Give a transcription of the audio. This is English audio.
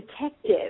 detective